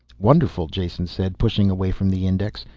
wonderful, jason said, pushing away from the index.